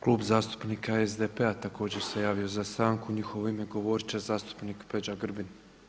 Klub zastupnika SDP-a također se javio za stanku i u njihovo ime govorit će zastupnik Peđa Grbin.